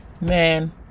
Man